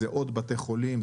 זה עוד בתי חולים,